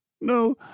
No